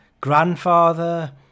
grandfather